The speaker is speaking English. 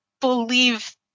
believe